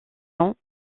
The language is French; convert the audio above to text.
ans